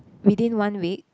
within one week